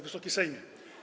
Wysoki Sejmie!